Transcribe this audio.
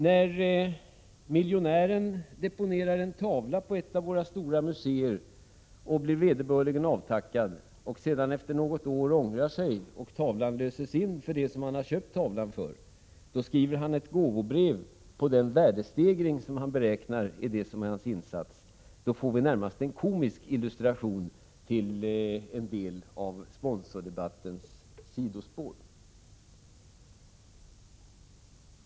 När miljonären deponerar en tavla på ett av våra stora museer och blir vederbörligen avtackad och sedan efter något år ångrar sig och tavlan löses in för det belopp han har köpt den för, skriver han ett gåvobrev på den värdestegring som han beräknar är hans insats. Där får vi en närmast komisk illustration till en del av sponsordebattens sidospår.